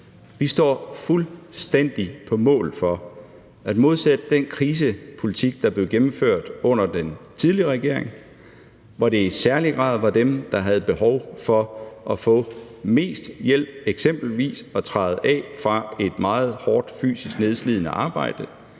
Vi står fuldstændig på mål for, at modsat den krisepolitik, der blev gennemført under den tidligere regering, hvor det i særlig grad var dem, der havde behov for at få mest hjælp, eksempelvis at træde af fra et meget hårdt, fysisk nedslidende arbejde,